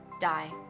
die